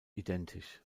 identisch